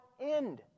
end